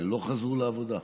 לא חזרו לעבודה,